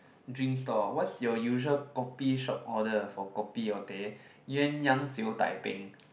drinks stall what's your usual kopi shop order for kopi or teh Yuen-yang siew-dai peng